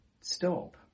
stop